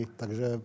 takže